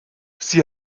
sie